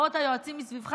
מאות היועצים מסביבך,